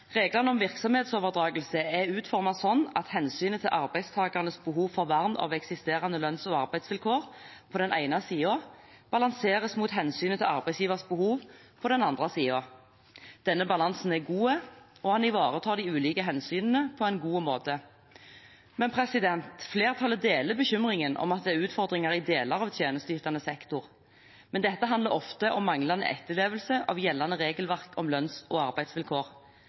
Reglene om virksomhetsoverdragelse er utformet slik at hensynet til arbeidstakernes behov for vern av eksisterende lønns- og arbeidsvilkår på den ene siden balanseres mot hensynet til arbeidsgivers behov på den andre siden. Denne balansen er god, og den ivaretar de ulike hensynene på en god måte. Men flertallet deler bekymringen over at det er utfordringer i deler av tjenesteytende sektor. Dette handler ofte om manglende etterlevelse av gjeldende regelverk om lønns- og arbeidsvilkår.